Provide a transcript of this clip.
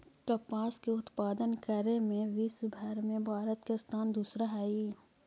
कपास के उत्पादन करे में विश्वव भर में भारत के स्थान दूसरा हइ